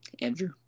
Andrew